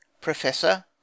professor